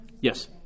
Yes